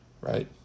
Right